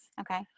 Okay